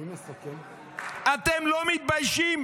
אתם לא מתביישים?